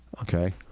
Okay